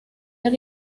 ver